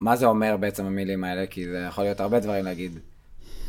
מה זה אומר בעצם המילים האלה, כי זה יכול להיות הרבה דברים להגיד.